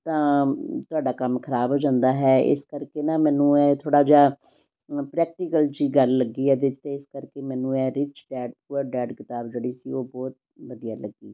ਤਾਂ ਤੁਹਾਡਾ ਕੰਮ ਖਰਾਬ ਹੋ ਜਾਂਦਾ ਹੈ ਇਸ ਕਰਕੇ ਨਾ ਮੈਨੂੰ ਇਹ ਥੋੜ੍ਹਾ ਜਿਹਾ ਅ ਪ੍ਰੈਕਟੀਕਲ ਜਿਹੀ ਗੱਲ ਲੱਗੀ ਇਹਦੇ 'ਚ ਤਾਂ ਇਸ ਕਰਕੇ ਮੈਨੂੰ ਇਹ ਰਿਚ ਡੈਡ ਪੂਅਰ ਡੈਡ ਕਿਤਾਬ ਜਿਹੜੀ ਸੀ ਉਹ ਬਹੁਤ ਵਧੀਆ ਲੱਗੀ